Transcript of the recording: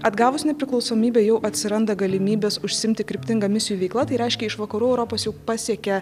atgavus nepriklausomybę jau atsiranda galimybės užsiimti kryptinga misijų veikla tai reiškia iš vakarų europos jau pasiekia